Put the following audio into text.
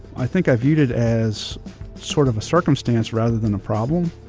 i think i viewed it as sort of a circumstance rather than a problem.